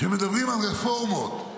שמדברים על רפורמות,